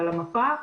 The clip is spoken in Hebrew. לסיכום,